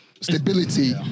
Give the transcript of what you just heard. Stability